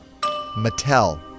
Mattel